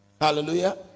Hallelujah